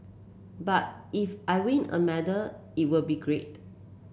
but if I win a medal it will be great